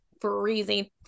freezing